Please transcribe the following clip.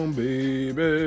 baby